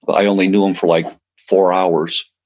but i only knew him for like four hours.